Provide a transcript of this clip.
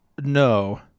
no